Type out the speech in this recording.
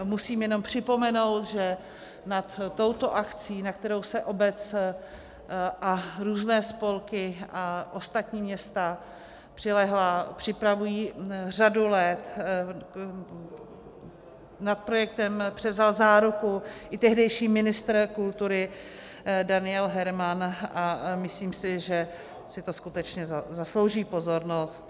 Musím jenom připomenout, že nad touto akcí, na kterou se obec a různé spolky a ostatní města přilehlá připravují řadu let, nad projektem převzal záruku i tehdejší ministr kultury Daniel Herman, a myslím si, že to skutečně zaslouží pozornost.